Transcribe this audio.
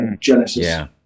genesis